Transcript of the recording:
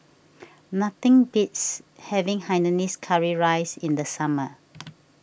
nothing beats having Hainanese Curry Rice in the summer